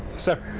sir.